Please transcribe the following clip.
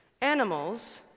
Animals